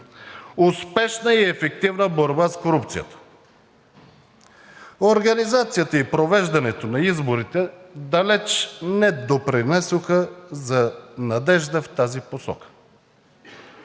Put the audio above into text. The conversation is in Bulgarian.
успешна и ефективна борба с корупцията, а организацията и провеждането на изборите далеч не допринесоха за надежда в тази посока.